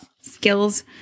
skills